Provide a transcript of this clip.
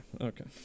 okay